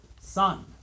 sun